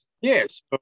yes